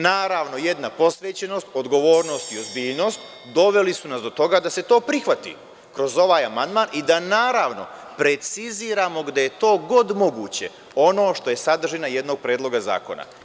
Naravno, jedna posvećenost, odgovornost i ozbiljnost doveli su nas do toga da se to prihvati kroz ovaj amandman i da, naravno, preciziramo gde je god to moguće ono što je sadržina jednog predloga zakona.